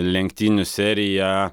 lenktynių serija